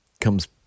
comes